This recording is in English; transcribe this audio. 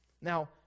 Now